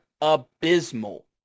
abysmal